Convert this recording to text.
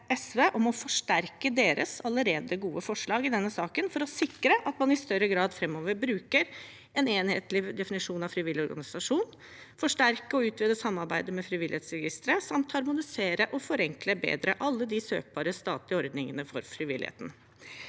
om å forsterke deres allerede gode forslag i denne saken for å sikre at man i større grad framover bruker en enhetlig definisjon av frivillig organisasjon, forsterker og utvider samarbeidet med Frivillighetsregisteret samt harmoniserer og forenkler bedre alle de søkbare statlige ordningene for frivilligheten.